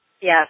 Yes